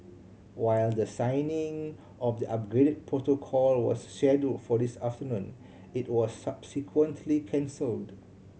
while the signing of the upgrade protocol was schedule for this afternoon it was subsequently cancelled